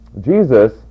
Jesus